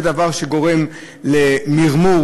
זה הדבר שגורם למרמור,